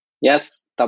Yes